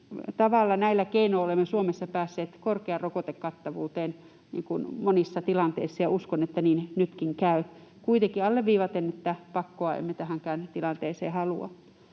näillä keinoin olemme Suomessa päässeet korkeaan rokotekattavuuteen monissa tilanteissa, ja uskon, että niin käy nytkin, kuitenkin alleviivaten, että pakkoa emme tähänkään tilanteeseen halua.